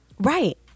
Right